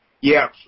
Yes